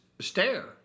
stare